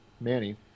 Manny